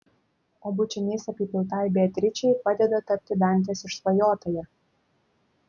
o bučiniais apipiltai beatričei padeda tapti dantės išsvajotąja